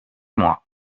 mois